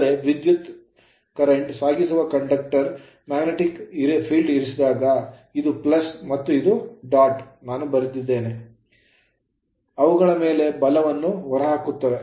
ಅಂದರೆ ವಿದ್ಯುತ್ current current ಸಾಗಿಸುವ conductor ವಾಹಕಗಳನ್ನು magnetic field ಕಾಂತಕ್ಷೇತ್ರದಲ್ಲಿ ಇರಿಸಿದಾಗ ಇದು ಮತ್ತು ಇದು ನಾನು ಹೇಳಿದಂತೆ ಅವುಗಳ ಮೇಲೆ ಬಲವನ್ನು ಹೊರಹಾಕಲಾಗುತ್ತದೆ